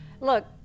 Look